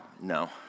no